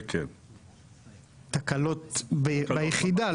תקלות ביחידה?